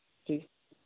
ᱴᱷᱤᱠ